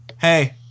Hey